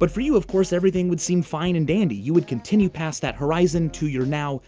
but for you, of course, everything would seem fine and dandy. you would continue pass that horizon to your now,